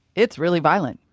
it's really violent!